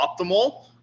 optimal